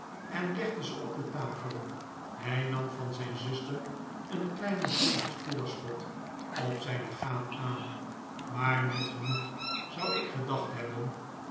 en legde ze op de tafel hij nam van zijn zuster een kleine som als voorschoj op zijn legaat aan maar net genoeg zou ik gedacht hebben